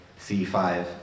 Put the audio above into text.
C5